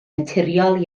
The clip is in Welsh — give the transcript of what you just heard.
naturiol